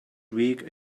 week